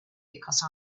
because